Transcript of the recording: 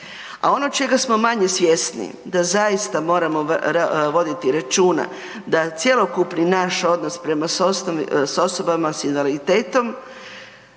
a ono čega smo manje svjesni da zaista moramo voditi računa da cjelokupni naš odnos prema s osobama s invaliditetom